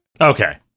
Okay